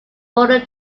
border